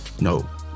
No